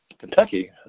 Kentucky